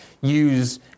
use